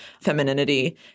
femininity